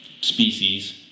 species